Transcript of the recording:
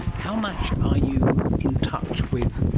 how much are you in touch with,